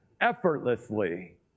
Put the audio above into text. effortlessly